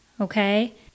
okay